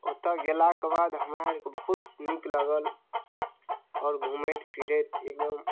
ओतऽ गेलाके बाद हमरा बहुत नीक लागल आओर घुमैत फिरैत एकदम